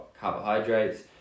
carbohydrates